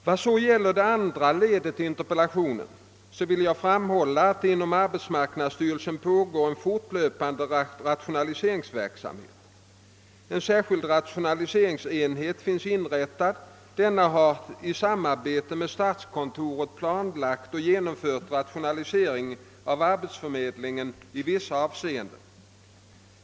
Vad så gäller andra ledet i interpellationen vill jag framhålla, att det inom arbetsmarknadsstyrelsen pågår ett fortlöpande rationaliseringsarbete. En särskild rationaliseringsenhet finns inrättad. Denna har i samarbete med statskontoret planlagt och genomfört rationalisering av arbetsförmedlingen i vissa avseenden.